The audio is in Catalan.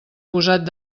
posat